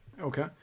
Okay